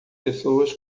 pessoas